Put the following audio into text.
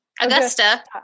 Augusta